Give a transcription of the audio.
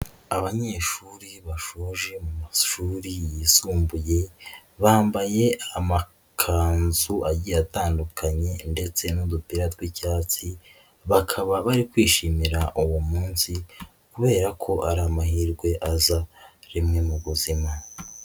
Abanyeshuri bashoje mu mashuri yisumbuye, bambaye amakanzu agiye atandukanye ndetse n'udupira tw'icyatsi, bakaba bari kwishimira uwo munsi kubera ko ari amahirwe aza rimwe mu buzima.